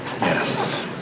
Yes